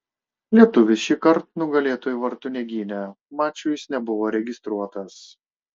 lietuvis šįkart nugalėtojų vartų negynė mačui jis nebuvo registruotas